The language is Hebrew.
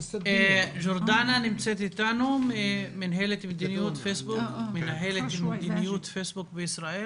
ג'ורדנה, מנהלת מדיניות פייסבוק בישראל.